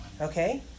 okay